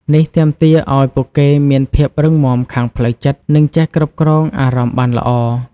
នេះទាមទារឲ្យពួកគេមានភាពរឹងមាំខាងផ្លូវចិត្ត និងចេះគ្រប់គ្រងអារម្មណ៍បានល្អ។